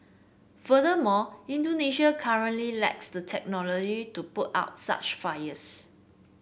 furthermore Indonesia currently lacks the technology to put out such fires